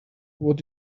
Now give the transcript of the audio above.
what